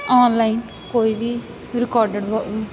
online ਕੋਈ ਵੀ recorded ਵ